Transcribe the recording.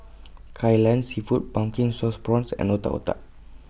Kai Lan Seafood Pumpkin Sauce Prawns and Otak Otak